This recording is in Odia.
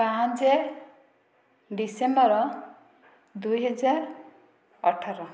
ପାଞ୍ଚ ଡିସେମ୍ବର ଦୁଇହଜାର ଅଠର